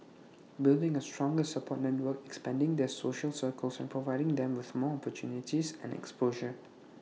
building A stronger support network expanding their social circles and providing them with more opportunities and exposure